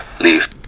leave